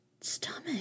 stomach